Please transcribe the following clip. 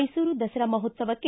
ಮೈಸೂರು ದಸರಾ ಮಹೋತ್ಸವಕ್ಕೆ